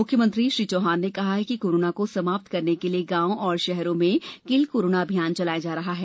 मुख्यमंत्री श्री चौहान ने कहा है कि कोरोना को समाप्त करने के लिए गाँव और शहरों में किल कोरोना अभियान चलाया जा रहा है